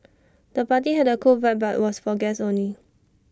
the party had A cool vibe but was for guests only